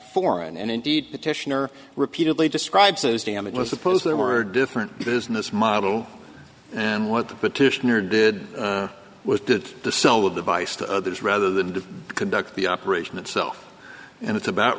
foreign and indeed petitioner repeatedly describes those damages suppose there were different business model and what the petitioner did was did to sell the device to others rather than to conduct the operation itself and it's about